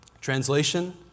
Translation